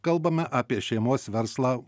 kalbame apie šeimos verslą